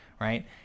right